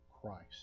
Christ